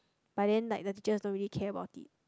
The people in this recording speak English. but then like the teachers didn't really care about it